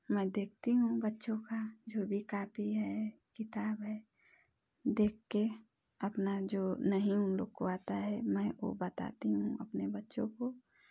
मैं देखती हूँ बच्चों का जो भी कापी है किताब है देखकर अपना जो नहीं उन लोगों को आता है मैं वह बताती हूँ अपने बच्चों को